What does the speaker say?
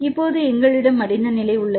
இப்போது எங்களிடம் மடிந்த நிலை உள்ளது